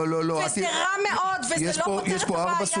וזה רע מאוד וזה לא פותר את הבעיה.